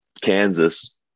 Kansas